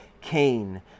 Cain